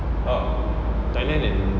thailand and